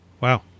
Wow